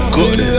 good